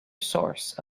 source